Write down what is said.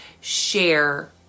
share